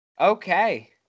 Okay